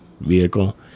vehicle